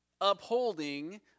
upholding